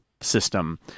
system